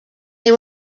they